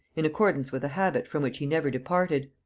in accordance with a habit from which he never departed.